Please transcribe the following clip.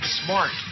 smart